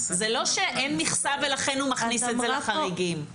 זה לא שאין מכסה ולכן הוא מכניס את זה לחריגים.